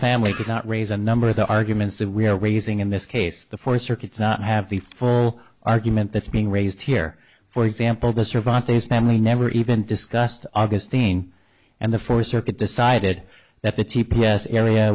family could not raise a number of the arguments that we are raising in this case the four circuits not have the full argument that's being raised here for example the survive family never even discussed augustine and the first circuit decided that the t p s area